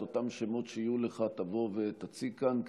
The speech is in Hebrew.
את אותם שמות שיהיו לך תבוא ותציג כאן,